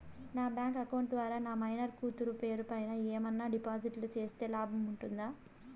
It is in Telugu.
నా బ్యాంకు అకౌంట్ ద్వారా నా మైనర్ కూతురు పేరు పైన ఏమన్నా డిపాజిట్లు సేస్తే లాభం ఉంటుందా?